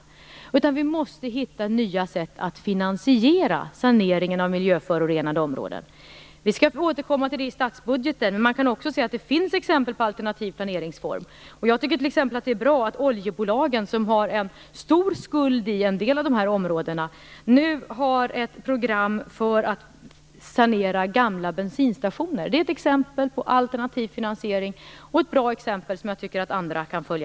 Vi måste i stället hitta nya sätt att finansiera saneringen av miljöförorenade områden. Vi skall återkomma till det i statsbudgeten. Man kan också se att det finns exempel på alternativ planeringsform. Jag tycker t.ex. att det är bra att oljebolagen som har en stor skuld i en del av de här områdena nu har ett program för att sanera gamla bensinstationer. Det är ett exempel på alternativ finansiering. Det är också ett bra exempel som jag tycker att andra kan följa.